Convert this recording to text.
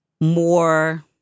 more